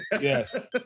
Yes